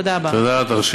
תודה רבה.